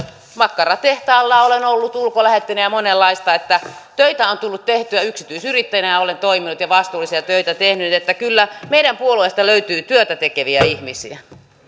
makkaratehtaalla olen ollut ulkolähettinä ja monenlaista eli töitä on tullut tehtyä yksityisyrittäjänä olen toiminut ja vastuullisia töitä tehnyt kyllä meidän puolueestamme löytyy työtätekeviä ihmisiä